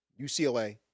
UCLA